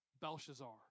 Belshazzar